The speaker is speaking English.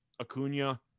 Acuna